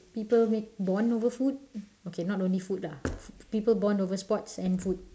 people make bond over food okay not only food lah people bond over sports and food